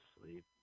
sleep